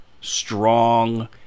strong